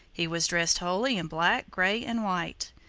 he was dressed wholly in black, gray and white.